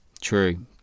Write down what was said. True